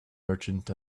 merchant